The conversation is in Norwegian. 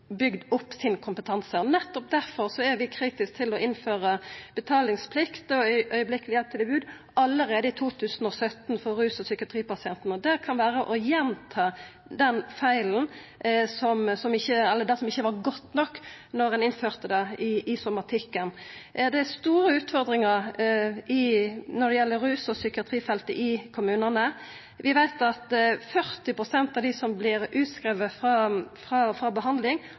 bygd opp sin kompetanse. Nettopp difor er vi kritiske til å innføra betalingsplikt og akutt hjelp-tilbod allereie i 2017 for ruspasientane og psykiatripasientane. Det kan vera å gjenta det som ikkje var godt nok da ein innførte det i somatikken. Det er store utfordringar når det gjeld rus- og psykiatrifeltet i kommunane. Vi veit at 40 pst. av dei som vert skrivne ut frå